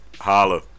Holla